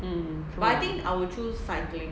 mm